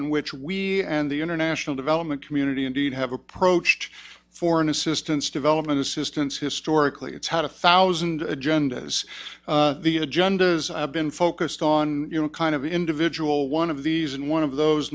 in which we and the international development community indeed have approached foreign assistance development assistance historically it's had a thousand agendas the agenda has been focused on you know kind of individual one of these and one of those